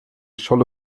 scholle